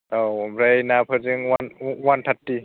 औ ओमफ्राय नाफोरजों वान थार्टि